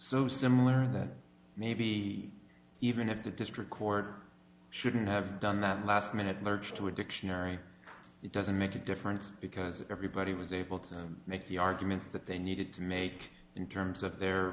so similar that maybe even at the district court shouldn't have done that last minute lurch to a dictionary it doesn't make a difference because everybody was able to make the arguments that they needed to make in terms of their